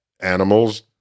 animals